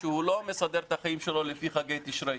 שהוא לא מסדר את החיים שלו לפי חגי תשרי.